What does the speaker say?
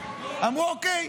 הם אמרו אוקיי,